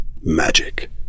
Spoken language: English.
magic